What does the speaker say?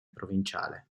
provinciale